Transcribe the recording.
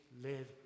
live